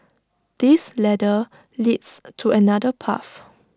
this ladder leads to another path